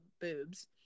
boobs